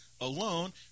alone